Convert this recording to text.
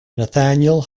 nathaniel